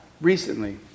recently